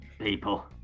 people